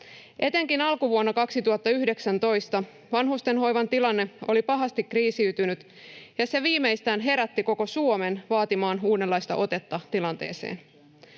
Etenkin alkuvuonna 2019 vanhustenhoivan tilanne oli pahasti kriisiytynyt, ja se viimeistään herätti koko Suomen vaatimaan uudenlaista otetta tilanteeseen.